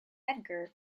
edgar